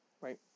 right